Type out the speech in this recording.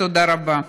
תודה רבה.